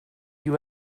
you